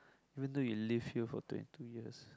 wait until you live here for twenty two years